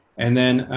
and then